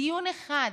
דיון אחד.